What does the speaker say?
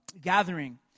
gathering